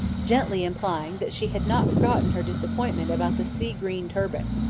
gently implying that she had not forgotten her disappointment about the sea-green turban.